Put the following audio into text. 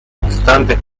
constantes